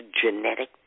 genetic